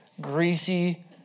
greasy